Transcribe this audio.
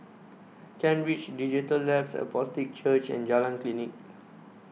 Kent Ridge Digital Labs Apostolic Church and Jalan Klinik